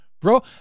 bro